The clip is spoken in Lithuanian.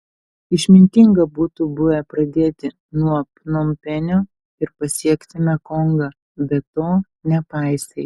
išmintinga būtų buvę pradėti nuo pnompenio ir pasiekti mekongą bet to nepaisei